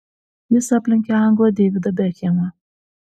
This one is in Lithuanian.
jis aplenkė anglą deividą bekhemą